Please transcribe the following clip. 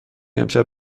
امشب